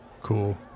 Cool